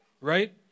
Right